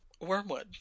wormwood